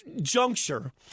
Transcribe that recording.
juncture